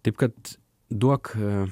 taip kad duok